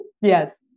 Yes